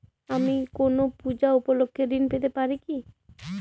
আমি কোনো পূজা উপলক্ষ্যে ঋন পেতে পারি কি?